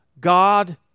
God